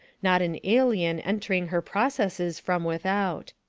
not an alien entering her processes from without.